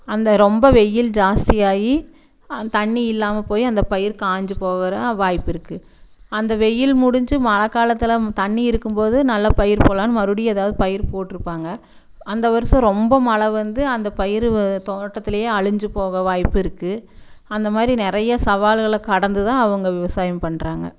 அந்த ரொம்ப வெயில் ஜாஸ்தியாகி அந்த தண்ணி இல்லாமல் போய் அந்த பயிர் காஞ்சு போகிற வாய்ப்பு இருக்குது அந்த வெயில் முடிஞ்சு மழை காலத்தில் தண்ணி இருக்கும்போது நல்லா பயிர் போடலான்னு மறுபடி ஏதாவுது பயிர் போட்டிருப்பாங்க அந்த வர்ஷம் ரொம்ப மழை வந்து அந்த பயிரு தோட்டத்திலேயே அழிஞ்சி போக வாய்ப்பிருக்கு அந்தமாதிரி நிறைய சவால்களை கடந்துதான் அவங்க விவசாயம் பண்ணுறாங்க